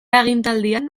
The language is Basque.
agintaldian